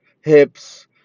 hips